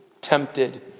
tempted